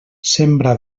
sembra